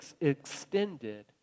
extended